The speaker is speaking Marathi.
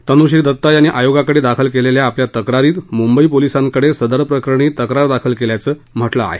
तन्श्री दत्ता यांनी आयोगाकडे दाखल केलेल्या आपल्या तक्रारीत मुंबई पोलिसांकडे सदर प्रकरणी तक्रार दाखल केल्याचं म्हटलं आहे